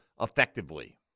effectively